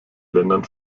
ländern